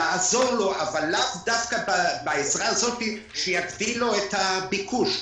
לעזור לו אבל לאו דווקא בעזרה הזאת שתגדיל לו את הביקוש.